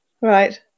right